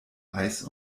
eis